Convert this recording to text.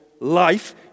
life